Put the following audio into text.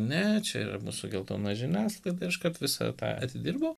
ne čia yra su geltona žiniasklaidai kad visą tą atidirbau